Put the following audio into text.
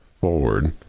forward